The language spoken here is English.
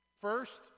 first